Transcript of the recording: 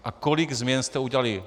A kolik změn jste udělali?